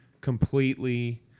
completely